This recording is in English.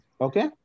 Okay